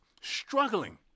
struggling